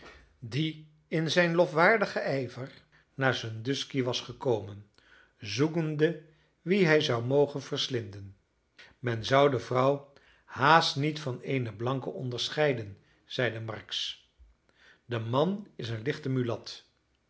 die in zijn lofwaardigen ijver naar sandusky was gekomen zoekende wien hij zou mogen verslinden men zou de vrouw haast niet van eene blanke onderscheiden zeide marks de man is een lichte mulat